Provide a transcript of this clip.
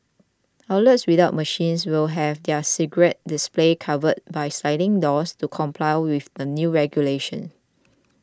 outlets without machines will have their cigarette displays covered by sliding doors to comply with the new regulations